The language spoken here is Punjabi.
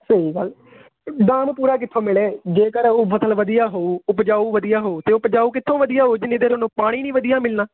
ਸਹੀ ਗੱਲ ਗਾਹ ਨੂੰ ਪੂਰਾ ਕਿੱਥੋਂ ਮਿਲੇ ਜੇਕਰ ਉਹ ਫ਼ਸਲ ਵਧੀਆ ਹੋਊ ਉਪਜਾਊ ਵਧੀਆ ਹੋਊ ਅਤੇ ਉਪਜਾਊ ਕਿੱਥੋਂ ਵਧੀਆ ਹੋਊ ਜਿੰਨੀ ਦੇਰ ਉਹਨੂੰ ਪਾਣੀ ਨਹੀਂ ਵਧੀਆ ਮਿਲਣਾ